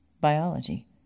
biology